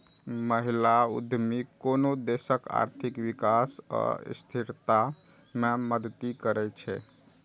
महिला उद्यमी कोनो देशक आर्थिक विकास आ स्थिरता मे मदति करै छै